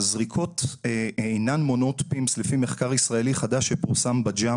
הזריקות אינן מונעות PIMS לפי מחקר ישראלי חדש שפורסם ב-JAMA